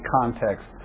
context